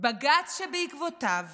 בג"ץ שבעקבותיו